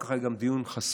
ואחר כך היה גם דיון חסוי,